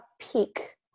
peak